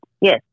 yes